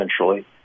essentially